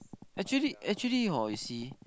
actually actually hor you see